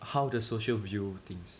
how the social view things